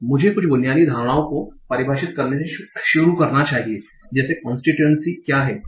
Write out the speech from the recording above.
मुझे कुछ बुनियादी धारणाओं को परिभाषित करने से शुरू करना चाहिए जैसे कांस्टीट्यूएंसी क्या है